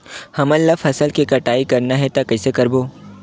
हमन ला फसल के कटाई करना हे त कइसे करबो?